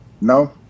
No